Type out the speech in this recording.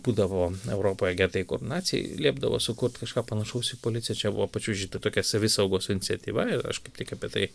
būdavo europoje getai kur naciai liepdavo sukurt kažką panašaus į policiją čia buvo pačių žydų tokia savisaugos iniciatyva ir aš kaip tik apie tai